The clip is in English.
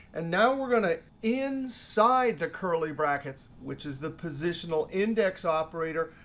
and now we're going to inside the curly brackets, which is the positional index operator,